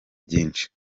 byinshi